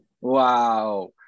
Wow